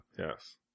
Yes